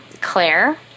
Claire